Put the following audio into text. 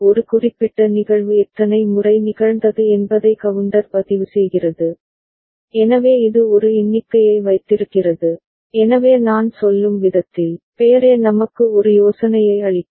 ஒரு குறிப்பிட்ட நிகழ்வு எத்தனை முறை நிகழ்ந்தது என்பதை கவுண்டர் பதிவுசெய்கிறது எனவே இது ஒரு எண்ணிக்கையை வைத்திருக்கிறது எனவே நான் சொல்லும் விதத்தில் பெயரே நமக்கு ஒரு யோசனையை அளிக்கும்